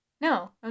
no